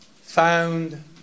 found